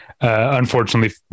unfortunately